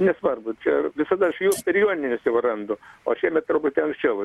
nesvarbu čia visada aš jau per jonines jau randu o šiemet truputį anksčiau